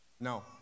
No